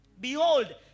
behold